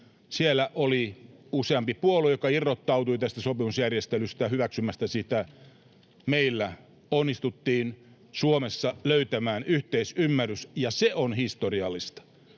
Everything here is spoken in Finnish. Siellä oli useampi puolue, joka irrottautui hyväksymästä tätä sopimusjärjestelyä. Meillä onnistuttiin Suomessa löytämään yhteisymmärrys, ja se on historiallista.